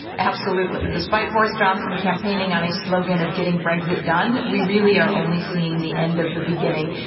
absolutely. despite boris johnson campaigning on a slogan of getting brexit done, we really are only seeing the end of the beginning.